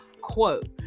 quote